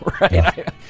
right